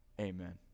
Amen